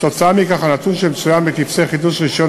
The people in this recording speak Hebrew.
וכתוצאה מכך הנתון שמצוין בטופסי חידוש רישיון